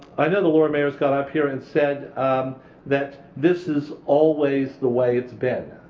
i know the lord mayor has got up here and said um that this is always the way it's been.